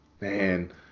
man